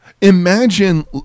Imagine